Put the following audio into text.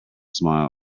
smile